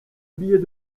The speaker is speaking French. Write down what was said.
billet